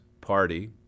Party